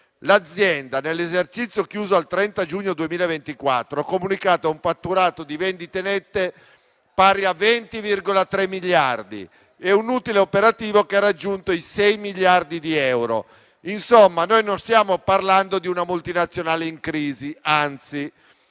L'azienda nell'esercizio chiuso il 30 giugno 2024 ha comunicato un fatturato di vendite nette pari a 20,3 miliardi e un utile operativo che ha raggiunto i 6 miliardi di euro. Insomma, noi non stiamo parlando di una multinazionale in crisi, anzi;